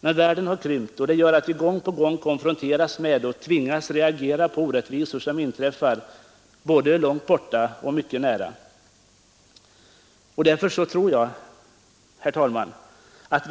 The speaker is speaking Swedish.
Men världen har krympt, och det medför att vi gång på gång konfronteras med och tvingas reagera mot orättvisor som inträffar både långt borta och mycket nära. Därför tror jag, herr talman, att